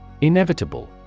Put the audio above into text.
Inevitable